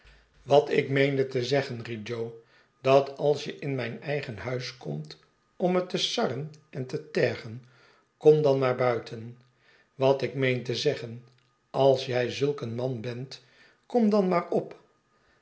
wat ik meende te zeggen riep jo dat als je in mijn eigen huis komt om me te sarren en te tergen kom dan maar buiten wat ik meen te zeggen als jij zulk een man bent kom dan maar op